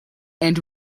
and